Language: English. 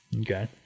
Okay